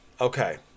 Okay